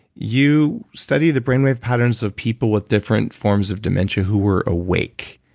you studied the brainwave patterns of people with different forms of dementia who were awake.